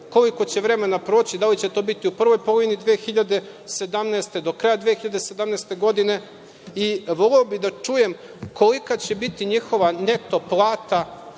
Koliko će vremena proći, da li će to biti u prvoj polovini 2017. godine, do kraja 2017. godine? Voleo bih da čujem kolika će biti njihova neto plata